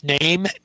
name